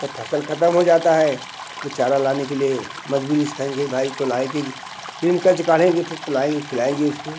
जब फ़सल खतम हो जाता है तो चारा लाने के लिए मजबूरी से कहेंगे भाई तो लाएंगे इनका चिकाढ़ेंगे फिर तो लाएंगे खिलाएंगे उसको